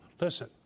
Listen